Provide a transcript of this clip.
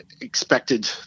expected